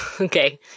Okay